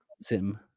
sim